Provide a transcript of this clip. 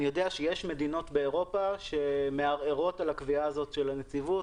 אני יודע שיש מדינות באירופה שמערערות על קביעת הנציבות הזו.